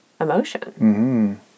emotion